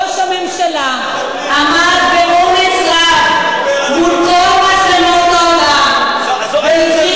ראש הממשלה עמד באומץ רב מול כל מצלמות העולם והציג